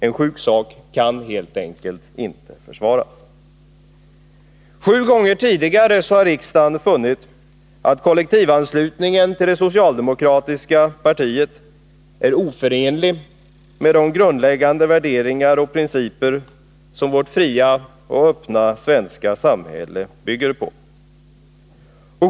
En sjuk sak kan helt enkelt inte försvaras. Sju gånger har riksdagen funnit att kollektivanslutningen till det socialdemokratiska partiet är oförenlig med de grundläggande värderingar och principer som vårt fria och öppna svenska samhälle bygger på.